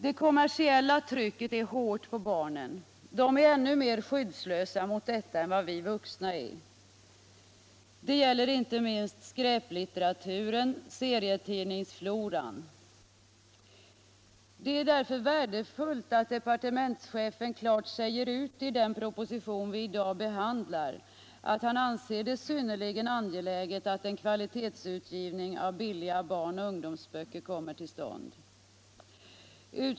Det kommersiella trycket på barnen är hårt. De är ännu mer skyddslösa mot detta än vad vi vuxna är. Det gäller inte minst skräplitteraturen, serietidningsfloran. Det är därför värdefullt att departementschefen klart säger ut i den proposition vi i dag behandlar, att han anser det synnerligen angeläget att en kvalitetsutgivning av billiga barn och ungdomsböcker kommer till stånd.